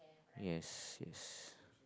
yes it's